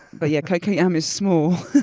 but yeah cocoyam is small,